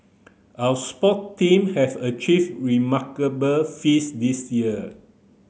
our sport team have achieved remarkable feats this year